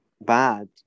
bad